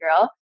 girl